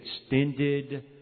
extended